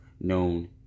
known